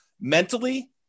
mentally